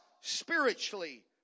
spiritually